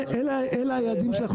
ואלה היעדים שאנחנו נמצאים.